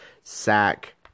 sack